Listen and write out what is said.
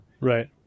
Right